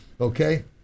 Okay